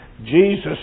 Jesus